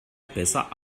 besser